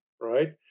right